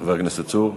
חבר הכנסת צור.